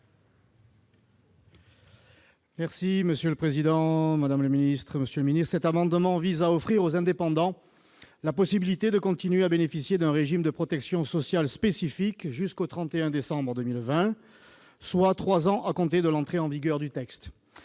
est ainsi libellé : La parole est à M. Stéphane Ravier. Cet amendement vise à offrir aux indépendants la possibilité de continuer à bénéficier d'un régime de protection sociale spécifique jusqu'au 31 décembre 2020, soit trois ans à compter de l'entrée en vigueur du texte.